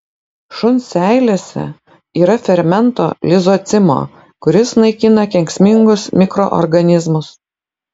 šuns seilėse yra fermento lizocimo kuris naikina kenksmingus mikroorganizmus